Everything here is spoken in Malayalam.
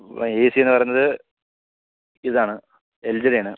ഏസീന്ന് പറയുന്നത് ഇതാണ് എൽ ജിടെയാണ്